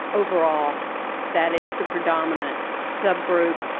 overall that is the predominant subgroup.